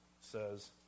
says